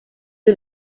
est